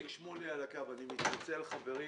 גפני, איציק שמולי על הקו - אני מתנצל, חברים